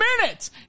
minutes